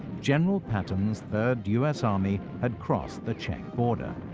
general patton's third u s. army had crossed the czech border.